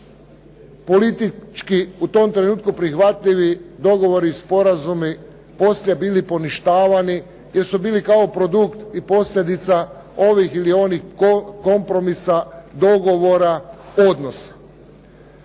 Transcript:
politički u tom trenutku prihvatili dogovori i sporazumi poslije bili poništavani jer su bili kao produkt i posljedica ovih ili onih kompromisa, dogovora, odnosa.